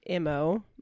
mo